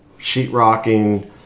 Sheetrocking